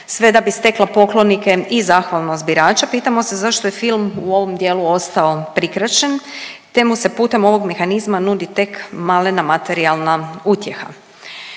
sve da bi stekla poklonike i zahvalnost birača, pitamo se zašto je film u ovom dijelu ostao prikraćen te mu se putem ovog mehanizma nudi tek malena materijalna utjeha.